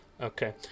Okay